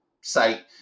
site